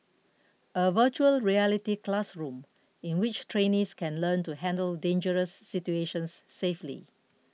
a Virtual Reality classroom in which trainees can learn to handle dangerous situations safely